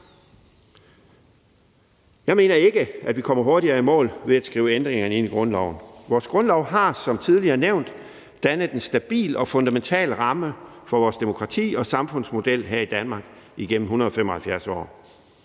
Jeg mener ikke, at vi kommer hurtigere i mål ved at skrive ændringerne ind i grundloven. Vores grundlov har som tidligere nævnt dannet en stabil og fundamental ramme om vores demokrati og samfundsmodel her i Danmark igennem 175 år,